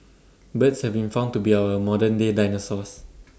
birds have been found to be our modern day dinosaurs